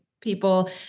people